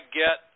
get